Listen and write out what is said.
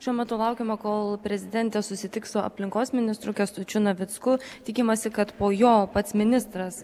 šiuo metu laukiama kol prezidentė susitiks su aplinkos ministru kęstučiu navicku tikimasi kad po jo pats ministras